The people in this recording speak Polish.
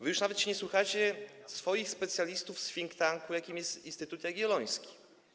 Wy już nawet się nie słuchacie swoich specjalistów z think tanku, jakim jest Instytut Jagielloński.